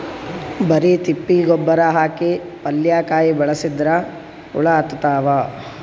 ಬರಿ ತಿಪ್ಪಿ ಗೊಬ್ಬರ ಹಾಕಿ ಪಲ್ಯಾಕಾಯಿ ಬೆಳಸಿದ್ರ ಹುಳ ಹತ್ತತಾವ?